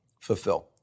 fulfill